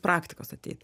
praktikos ateit